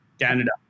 Canada